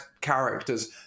characters